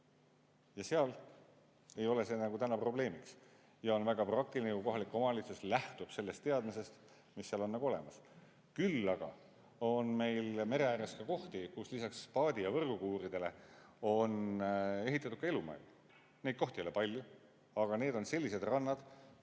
Ja seal ei ole see nagu probleemiks. On väga praktiline, kui kohalik omavalitsus lähtub sellest teadmisest, mis seal on olemas. Küll aga on meil mere ääres kohti, kus lisaks paadi- ja võrgukuuridele on ehitatud ka elumaja. Neid kohti ei ole palju, aga need on sellised rannad,